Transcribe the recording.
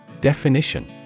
Definition